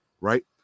right